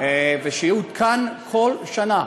ושיעודכן כל שנה,